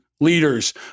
leaders